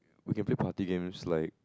we can play party games like